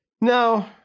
No